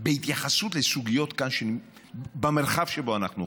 בהתייחסות לסוגיות כאן, במרחב שבו אנחנו חיים.